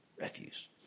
Refuse